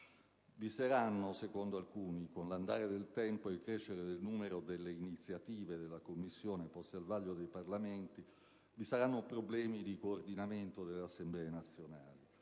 personali. Secondo alcuni, con l'andare del tempo e il crescere del numero delle iniziative della Commissione poste al vaglio dei Parlamenti, sorgeranno problemi di coordinamento delle Assemblee nazionali.